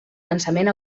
cansament